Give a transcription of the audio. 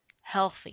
healthy